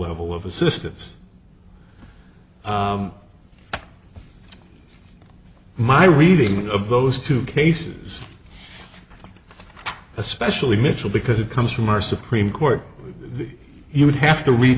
level of assistance my reading of those two cases especially michel because it comes from our supreme court you would have to read